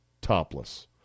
topless